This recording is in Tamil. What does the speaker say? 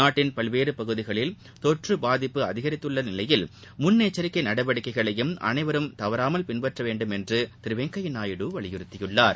நாட்டின் பல்வேறு பகுதிகளில் தொற்று பாதிப்பு அதிகரித்துள்ளநிலையில் முன்னெச்சரிக்கை நடவடிக்கைகளையும் அனைவரும் தவறாமல் பின்பற்ற வேண்டும் என்று திரு வெங்கையா நாயுடு வலியுறுத்தியுள்ளார்